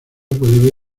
puede